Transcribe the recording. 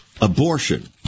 Abortion